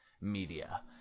media